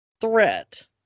threat